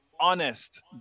honest